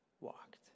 walked